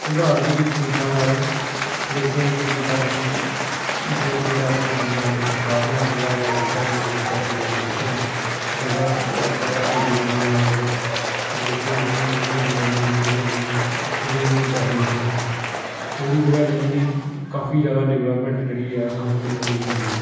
सुधार बी ठीक ठाक आए लोकें केह् कीता कि थोह्ड़े थोह्ड़े आखो कि जां ते सरकार ने थोह्ड़ा जनेहा दित्ता इ'नें गी पैसै पूसे दित्ते न जेह्दा अजकल्ल हाईवे बने दे न जेह्ड़े ते लोकें दियां जेह्ड़ियां जमीनां जेह्ड़ियां बी ऐ हियां उत्थूं बी इ'नें गी पैहे मिले ते ओह्दी ब'जा कन्नै बी काफी जैदा डिवैल्पमैंट जेह्ड़ी ऐ सानूं दिक्खने गी मिली ऐ